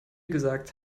gesagt